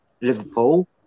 Liverpool